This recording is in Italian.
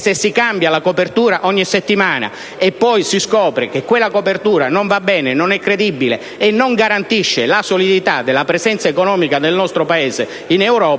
Se si cambia la copertura ogni settimana e poi si scopre che quella copertura non va bene, non è credibile e non garantisce la solidità della presenza economica del nostro Paese in Europa,